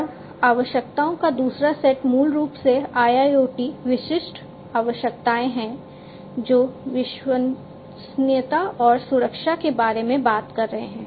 और आवश्यकताओं का दूसरा सेट मूल रूप से IIoT विशिष्ट आवश्यकताएं हैं जो विश्वसनीयता और सुरक्षा के बारे में बात करते हैं